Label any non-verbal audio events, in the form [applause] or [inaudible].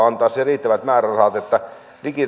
[unintelligible] antaa riittävät määrärahat että